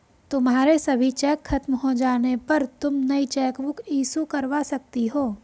तुम्हारे सभी चेक खत्म हो जाने पर तुम नई चेकबुक इशू करवा सकती हो